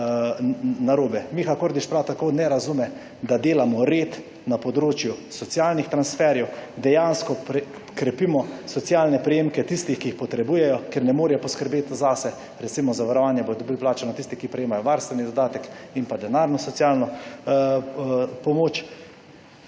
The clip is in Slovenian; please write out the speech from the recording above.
narobe. Miha Kordiš prav tako ne razume, da delamo red na področju socialnih transferjev, dejansko krepimo socialne prejemke tistih, ki jih potrebujejo, ker ne morejo poskrbeti zase, recimo zavarovanje bodo dobili plačano tisti, ki prejemajo varstveni dodatek in pa denarno socialno pomoč.